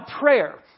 prayer